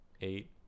eight